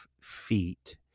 feet